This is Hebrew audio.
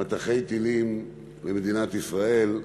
מטחי טילים במדינת ישראל.